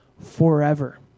forever